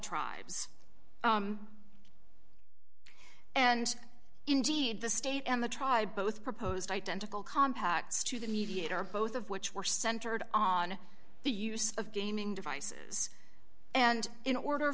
tribes and indeed the state and the tribe both proposed identical compacts to the mediator both of which were centered on the use of gaming devices and in order